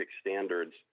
standards